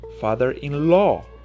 father-in-law